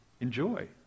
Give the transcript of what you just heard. enjoy